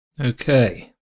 Okay